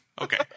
Okay